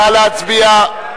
נא להצביע.